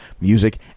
music